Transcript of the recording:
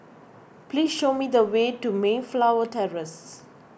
please show me the way to Mayflower Terrace